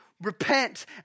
repent